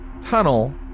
tunnel